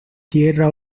tierra